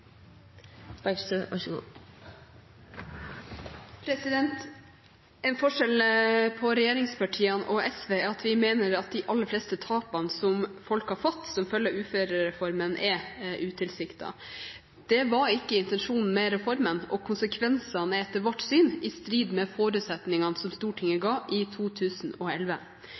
at vi mener at de aller fleste tapene folk har fått som følge av uførereformen, er utilsiktet. Det var ikke intensjonen med reformen, og konsekvensene er etter vårt syn i strid med forutsetningene som Stortinget